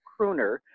crooner